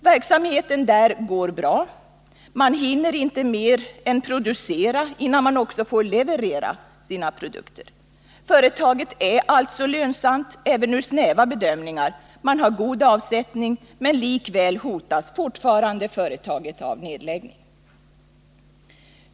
Verksamheten går bra, man hinner inte mer än producera, innan man också får leverera sina produkter. Företaget är alltså lönsamt, även enligt snäva bedömningar, man har god avsättning, men likväl hotas fortfarande företaget av nedläggning.